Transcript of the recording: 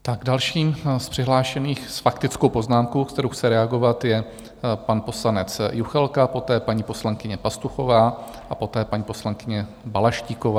Tak dalším z přihlášených s faktickou poznámkou, kterou chce reagovat, je pan poslanec Juchelka, poté paní poslankyně Pastuchová a poté paní poslankyně Balaštíková.